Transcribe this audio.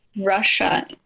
Russia